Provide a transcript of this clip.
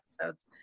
episodes